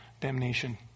damnation